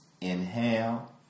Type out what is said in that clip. inhale